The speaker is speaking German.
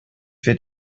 wird